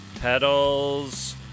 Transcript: Pedals